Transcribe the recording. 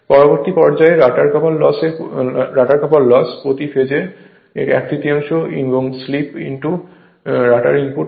পরবর্তী পর্যায়ে rotor copper loss phase প্রতি এক তৃতীয়াংশ স্লিপ রটার ইনপুট হয়